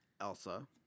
Elsa